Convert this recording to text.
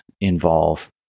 involve